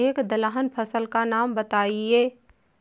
एक दलहन फसल का नाम बताइये